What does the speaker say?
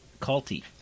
culty